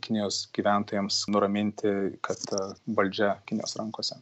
kinijos gyventojams nuraminti kad valdžia kinijos rankose